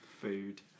food